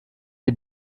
die